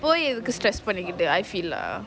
stress பண்ணிக்கிட்டு:panikkitu I feel lah